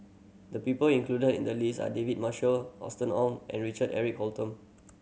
the people included in the list are David Marshall Austen Ong and Richard Eric Holttum